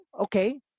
okay